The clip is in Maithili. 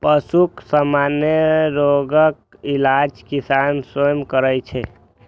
पशुक सामान्य रोगक इलाज किसान स्वयं करै छै